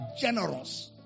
generous